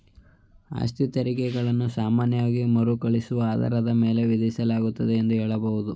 ಆಸ್ತಿತೆರಿಗೆ ಗಳನ್ನ ಸಾಮಾನ್ಯವಾಗಿ ಮರುಕಳಿಸುವ ಆಧಾರದ ಮೇಲೆ ವಿಧಿಸಲಾಗುತ್ತೆ ಎಂದು ಹೇಳಬಹುದು